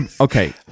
Okay